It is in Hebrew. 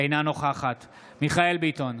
אינה נוכחת מיכאל מרדכי ביטון,